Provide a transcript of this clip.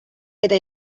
eta